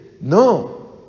no